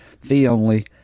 fee-only